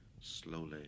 slowly